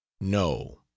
no